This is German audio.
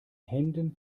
händen